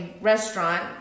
restaurant